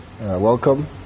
Welcome